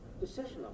decision